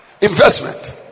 Investment